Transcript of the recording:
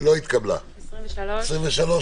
הצבעה ההסתייגות לא